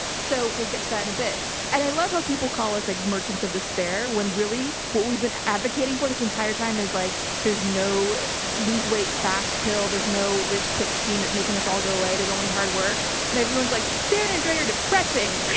so we'll get to that in a bit. and i love how people call us like merchants of despair when really what we've been advocating for this entire time is like there's no lose weight fast pill. there's no get rich quick scheme that making this all go away. there's only hard work and everyone's like sarah and andrea are depressing.